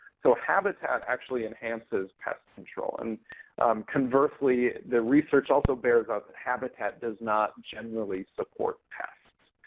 so habitat actually enhances pest control. and conversely, the research also bears out that habitat does not generally support pests.